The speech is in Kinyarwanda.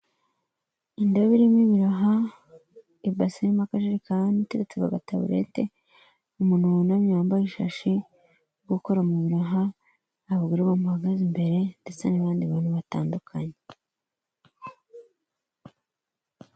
Indobo irimo ibiraha, ibase irimo akajerekani iteretse ku gatabureti. Umuntu wunamye wambaye ishashi uri gukora mu biraha, abagore bamuhagaze imbere, ndetse n'abandi bantu batandukanye.